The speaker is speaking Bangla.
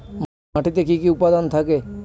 মাটিতে কি কি উপাদান থাকে?